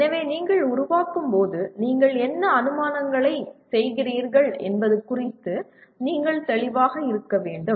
எனவே நீங்கள் உருவாக்கும் போது நீங்கள் என்ன அனுமானங்களைச் செய்கிறீர்கள் என்பது குறித்து நீங்கள் தெளிவாக இருக்க வேண்டும்